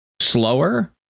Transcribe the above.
slower